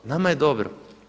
Nama je dobro.